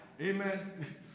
Amen